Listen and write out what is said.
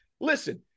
listen